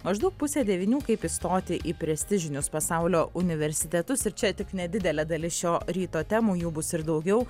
maždaug pusę devynių kaip įstoti į prestižinius pasaulio universitetus ir čia tik nedidelė dalis šio ryto temų jų bus ir daugiau